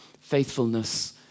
faithfulness